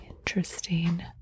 Interesting